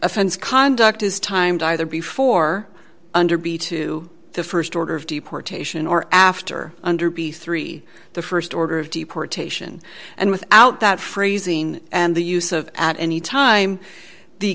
offense conduct is time to either before under b to the st order of deportation or after under b three the st order of deportation and without that phrasing and the use of at any time the